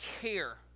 care